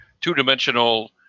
two-dimensional